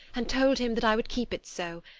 and told him that i would keep it so,